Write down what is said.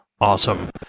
awesome